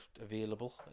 available